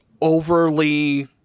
overly